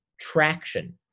traction